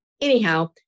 Anyhow